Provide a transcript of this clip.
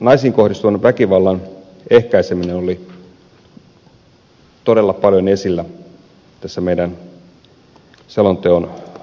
naisiin kohdistuvan väkivallan ehkäiseminen oli todella paljon esillä tässä meidän selontekomme valiokuntakäsittelyssä